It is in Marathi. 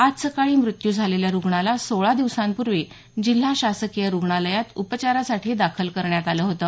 आज सकाळी मृत्यू झालेल्या रुग्णाला सोळा दिवसांपूर्वी जिल्हा शासकीय रुग्णालयात उपचारासाठी दाखल करण्यात आलं होतं